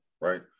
right